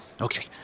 Okay